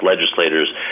legislators